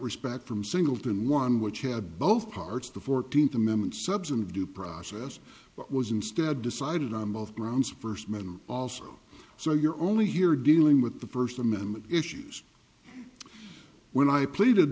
respect from singleton one which had both parts of the fourteenth amendment subsumed due process but was instead decided on both grounds first men and also so you're only here dealing with the first amendment issues when i pleaded